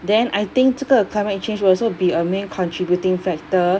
then I think 这个 climate change will also be a main contributing factor